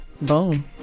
Boom